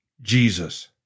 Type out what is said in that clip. Jesus